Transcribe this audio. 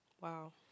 Wow